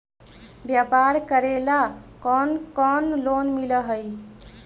व्यापार करेला कौन कौन लोन मिल हइ?